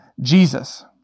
Jesus